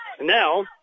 now